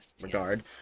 regard